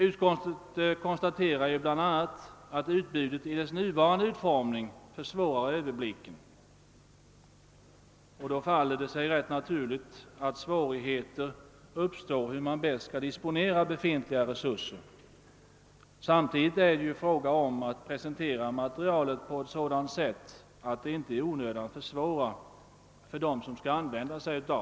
Utskottet konstaterar bl.a. att utbudet i sin nuvarande utformning försvårar överblicken, och då faller det sig rätt naturligt att svårigheter också uppstår i fråga om hur befintliga resurser bäst skall disponeras. Materialet måste presenteras på ett sådant sätt att det inte i onödan uppstår svårigheter för dem som skall använda sig av det.